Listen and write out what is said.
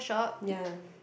ya